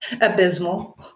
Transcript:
Abysmal